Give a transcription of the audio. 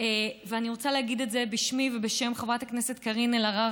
אני רוצה להגיד בשמי ובשם חברת הכנסת קארין אלהרר,